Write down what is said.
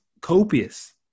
copious